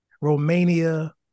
Romania